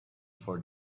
for